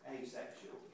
asexual